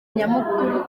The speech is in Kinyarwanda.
nyamukuru